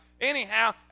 Anyhow